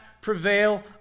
prevail